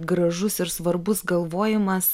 gražus ir svarbus galvojimas